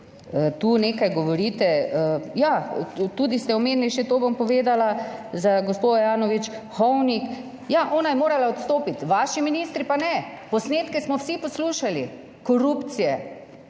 Tu nekaj govorite. Ja, tudi ste omenili, še to bom povedala, z gospo Ajanović Hovnik, ja, ona je morala odstopiti, vaši ministri pa ne. Posnetke smo vsi poslušali, korupcije,